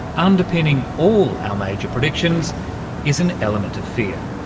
underpinning all our major predictions is an element of fear.